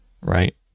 right